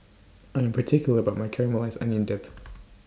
I Am particular about My Caramelized Maui Onion Dip